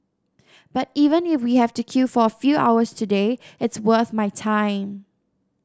but even if we have to queue for a few hours today it's worth my time